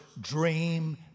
dream